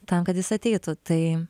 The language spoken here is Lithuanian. tam kad jis ateitų tai